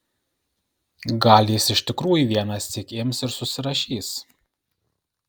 gal jis iš tikrųjų vienąsyk ims ir susirašys